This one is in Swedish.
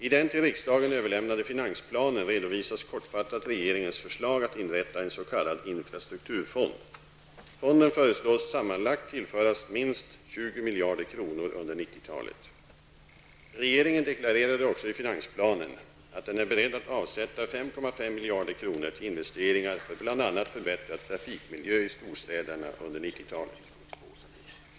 I den till riksdagen överlämnade finansplanen redovisas kortfattat regeringens förslag att inrätta en s.k. infrastrukturfond. Fonden föreslås sammanlagt tillföras minst 20 miljarder kronor under 1990-talet. Regeringen deklarerade också i finansplanen att den är beredd att avsätta 5,5 miljarder kronor till investeringar för bl.a. förbättrad trafikmiljö i storstäderna under 1990-talet.